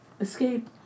Escape